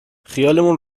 خیالمون